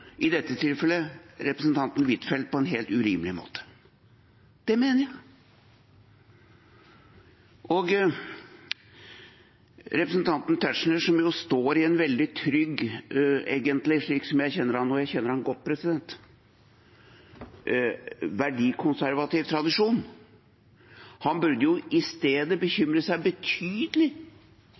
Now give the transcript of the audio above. i dette tilfellet representanten Huitfeldt, på en helt urimelig måte? Det mener jeg. Representanten Tetzschner, som – slik jeg kjenner ham, og jeg kjenner ham godt – egentlig står i en veldig trygg verdikonservativ tradisjon, burde i stedet bekymre seg i betydelig